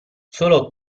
solo